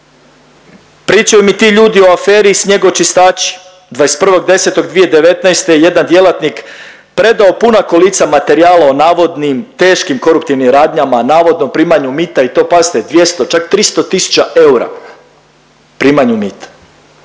Pričaju mi ti ljudi o aferi snjegočistači, 21.10.2019. jedan djelatnik je predao puna kolica materijala o navodnim teškim koruptivnim radnjama, navodno primanju mita i to pazite 200, čak 300 tisuća eura primanju mita